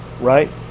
right